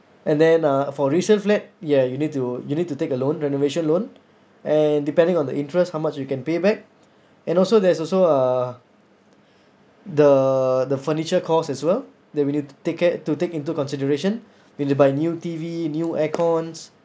and then uh for recent flat ya you need to you need to take a loan renovation loan and depending on the interest how much you can pay back and also there's also uh the the furniture cost as well that we need to take care to take into consideration you need to buy new T_V new air cons